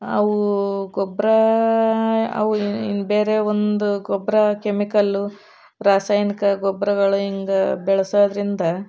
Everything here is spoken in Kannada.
ಅವು ಗೊಬ್ಬರ ಅವು ಬೇರೆ ಒಂದು ಗೊಬ್ಬರ ಕೆಮಿಕಲ್ಲು ರಾಸಾಯನಿಕ ಗೊಬ್ಬರಗಳು ಹಿಂಗ ಬೆಳೆಸೋದರಿಂದ